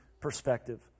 perspective